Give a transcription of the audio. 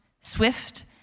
swift